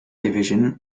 division